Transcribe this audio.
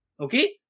okay